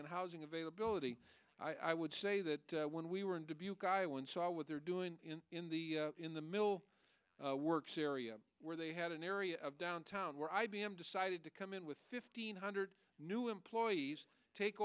and housing availability i would say that when we were in dubuque iowa and saw what they're doing in the in the middle works area where they had an area of downtown where i b m decided to come in with fifteen hundred new employees take